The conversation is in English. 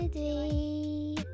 three